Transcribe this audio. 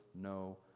no